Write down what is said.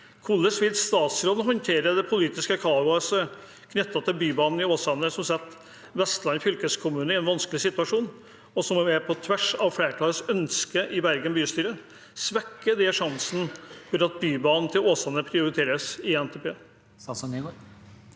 Hvordan vil statsråden håndtere det politiske kaoset knyttet til Bybanen til Åsane, som setter Vestland fylkeskommune i en vanskelig situasjon, og som går på tvers av ønsket til flertallet i Bergen bystyre? Svekker det sjansen for at Bybanen til Åsane prioriteres i NTP?